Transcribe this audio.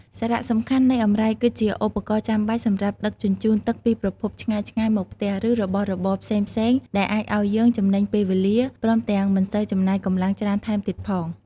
សារៈសំខាន់នៃអម្រែក គឺជាឧបករណ៍ចាំបាច់សម្រាប់ដឹកជញ្ជូនទឹកពីប្រភពឆ្ងាយៗមកផ្ទះ ឬរបស់របរផ្សេងៗ ដែលអាចឲ្យយើងចំណេញពេលវេលា ព្រមទាំងមិនសូវចំណាយកម្លាំងច្រើនថែមទៀតផង។